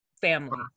family